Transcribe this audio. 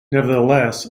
nevertheless